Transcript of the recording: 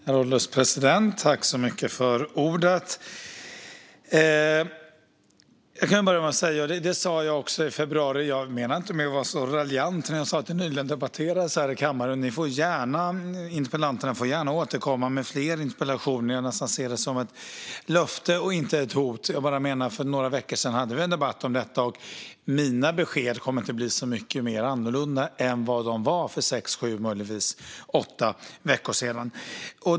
Herr ålderspresident! Jag kan börja med att säga, liksom jag sa i februari, att jag inte menade att vara raljant när jag sa att detta nyligen debatterades här i kammaren. Interpellanterna får gärna återkomma med fler interpellationer - jag ser det som ett löfte och inte ett hot. Jag bara menade att vi för några veckor sedan hade en debatt om detta och att mina besked inte kommer att bli så mycket annorlunda än vad de var för sex, sju, eller möjligtvis åtta veckor sedan.